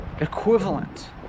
equivalent